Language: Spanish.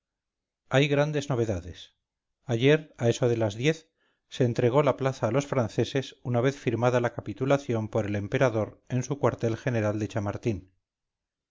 hay grandes novedades ayer a eso de las diez se entregó la plaza a los franceses una vez firmada la capitulación por el emperador en su cuartel general de chamartín